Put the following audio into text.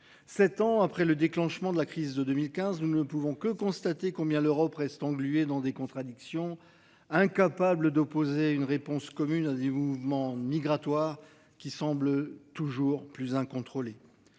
7 ans après le déclenchement de la crise de 2015. Nous, nous ne pouvons que constater combien l'Europe reste englué dans des contradictions, incapable d'opposer une réponse commune à 10 mouvements migratoires qui semble toujours plus.